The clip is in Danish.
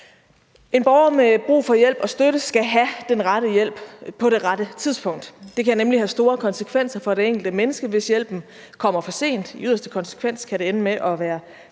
En borger med brug for hjælp og støtte skal have den rette hjælp på det rette tidspunkt, for det kan nemlig have store konsekvenser for det enkelte menneske, hvis hjælpen kommer for sent. I yderste konsekvens kan det ende med at være